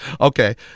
Okay